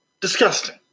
Disgusting